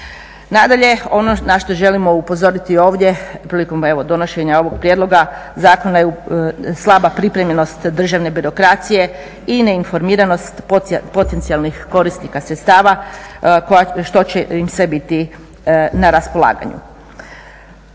Nadalje ono na što želimo upozoriti ovdje prilikom evo donošenja ovog prijedlog zakona je slaba pripremljenost državne birokracije i neinformiranost potencijalnih korisnika sredstava što će im sve biti na raspolaganju.